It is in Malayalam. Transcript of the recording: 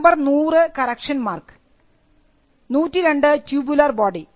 number 100 correction mark 102 tubular body